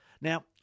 Now